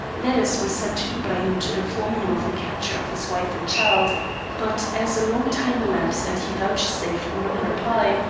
letters were sent to ibrahim to inform him of the capture of his wife and child but as a long time elapsed and he vouchsafed no reply,